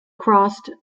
crossed